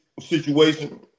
situation